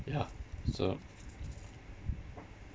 ya so